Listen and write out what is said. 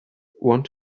want